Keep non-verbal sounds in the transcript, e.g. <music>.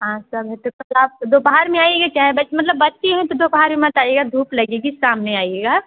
हाँ सब है तो फिर आप दोपहर में आइएगा चाहे <unintelligible> मतलब बच्चे हैं तो दोपहर में मत आइएगा धूप लगेगी शाम में आइएगा